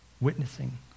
witnessing